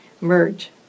merge